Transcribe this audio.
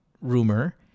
rumor